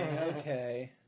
Okay